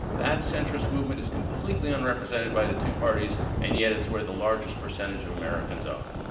that centrist movement is completely unrepresented by the two parties and yet it's where the largest percentage of americans are.